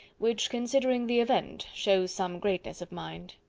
which, considering the event, shows some greatness of mind.